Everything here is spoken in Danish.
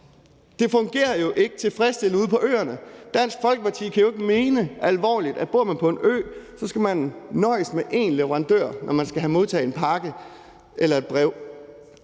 Det fungerer jo ikke tilfredsstillende ude på øerne. Dansk Folkeparti kan jo ikke mene alvorligt, at bor man på en ø, skal man nøjes med én leverandør, når man skal modtage en pakke eller et brev.